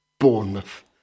Bournemouth